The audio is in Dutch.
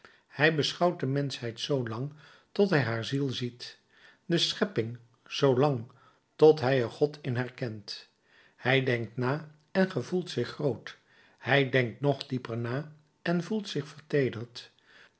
hij beschouwt de menschheid zoolang tot hij haar ziel ziet de schepping zoolang tot hij er god in herkent hij denkt na en gevoelt zich groot hij denkt nog dieper na en voelt zich verteederd